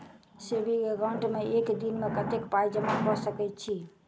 Saving account मे एक दिनमे कतेक पाई जमा कऽ सकैत छी?